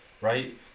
Right